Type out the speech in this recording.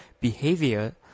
behavior